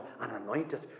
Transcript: anointed